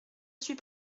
suis